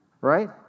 right